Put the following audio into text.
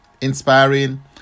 inspiring